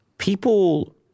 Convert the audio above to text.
People